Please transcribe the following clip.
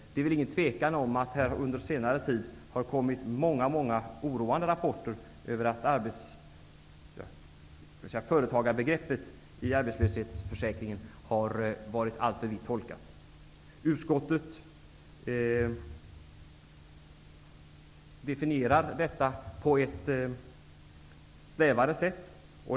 Det råder väl inget tvivel om att det under senare tid har kommit väldigt många oroande rapporter om att företagarbegreppet i arbetslöshetsförsäkringen varit alltför vitt tolkat. Utskottet definierar detta på ett snävare sätt.